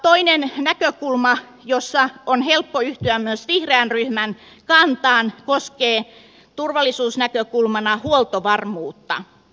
toinen näkökulma jossa on helppo yhtyä myös vihreän ryhmän kantaan koskee turvallisuusnäkökulmana huoltovarmuutta